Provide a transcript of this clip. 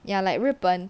ya like ripened